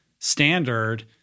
standard